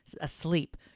asleep